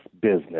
business